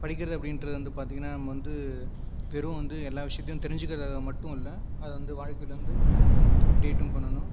படிக்கிறது அப்படிங்றது வந்து பார்த்தீங்கன்னா நம்ம வந்து வெறும் வந்து எல்லா விஷயத்தையும் தெரிஞ்சுக்கிறதுக்காக மட்டும் இல்லை அதை வந்து வாழ்க்கையில் வந்து அப்டேட்டும் பண்ணணும்